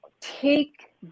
take